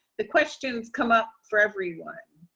the questions come up for everyone.